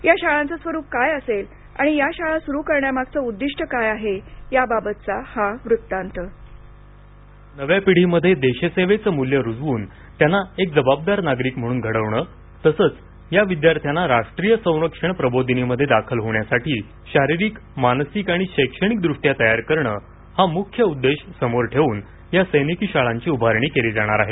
या शाळांचं स्वरूप काय असेल आणि या शाळा सुरू करण्यामागचं उद्दिष्ट काय आहे याबाबतचा हा वृत्तांत नव्या पिढीमध्ये देशसेवेचं मूल्य रुजवून त्यांना एक जबाबदार नागरिक म्हणून घडवण तसंच या विद्यार्थ्यांना राष्ट्रीय संरक्षण प्रबोधिनीमध्ये दाखल होण्यासाठी शारीरिक मानसिक आणि शैक्षणिकदृष्ट्या तयार करणं हा मुख्य उद्देश समोर ठेवून या सैनिकी शाळांची उभारणी केली जाणार आहे